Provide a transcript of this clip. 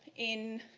in